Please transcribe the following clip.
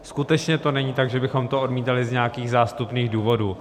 Skutečně to není tak, že bychom to odmítali z nějakých zástupných důvodů.